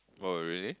oh really